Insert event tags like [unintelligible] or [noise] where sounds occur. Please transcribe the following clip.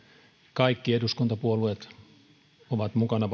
kaikki eduskuntapuolueet ovat mukana [unintelligible]